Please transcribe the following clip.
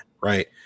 Right